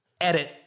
Edit